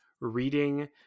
reading